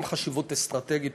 גם חשיבות אסטרטגית,